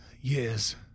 years